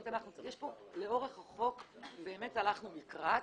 לאורך הצעת החוק באמת הלכנו לקראת,